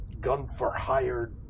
gun-for-hire